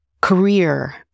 career